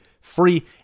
free